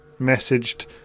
messaged